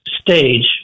stage